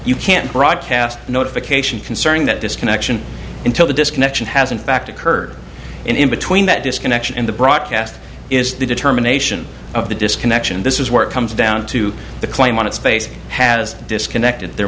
you can't broadcast notification concerning that disconnection until the disconnection has in fact occurred in between that disconnection and the broadcast is the determination of the disconnection this is where it comes down to the claim on its space has disconnected there